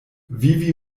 vivi